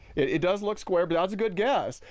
it does look square but that's good guess.